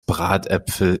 bratäpfel